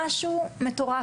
זה משהו מטורף.